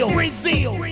Brazil